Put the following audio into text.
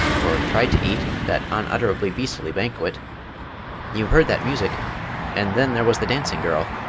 or tried to eat, that unutterably beastly banquet you heard that music and then there was the dancing-girl.